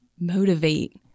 motivate